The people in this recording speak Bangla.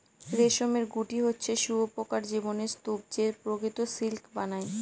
রেশমের গুটি হচ্ছে শুঁয়োপকার জীবনের স্তুপ যে প্রকৃত সিল্ক বানায়